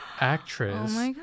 actress